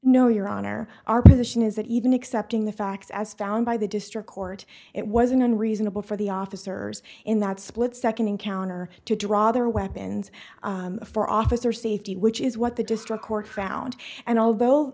no your honor our position is that even accepting the facts as found by the district court it wasn't unreasonable for the officers in that split second encounter to draw their weapons for officer safety which is what the district court found and although